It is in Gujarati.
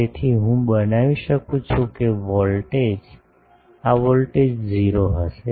તેથી હું બનાવી શકું છું કે વોલ્ટેજ આ વોલ્ટેજ 0 હશે